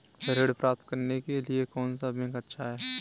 ऋण प्राप्त करने के लिए कौन सा बैंक अच्छा है?